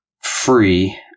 free